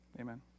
Amen